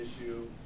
issue